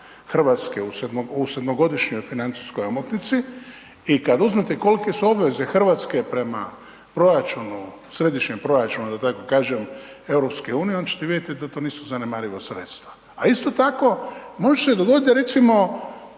paket RH u sedmogodišnjoj financijskoj omotnici i kad uzmete kolke su obveze RH prema proračunu, središnjem proračunu da tako kažem EU, onda ćete vidjeti da to nisu zanemariva sredstva. A isto tako može se dogodit